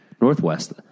Northwest